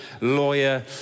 lawyer